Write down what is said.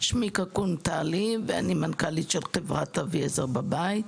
שמי קקון טלי, ואני מנכ"לית של חברת אביעזר בבית.